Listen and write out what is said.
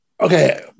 okay